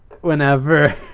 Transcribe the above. Whenever